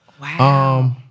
Wow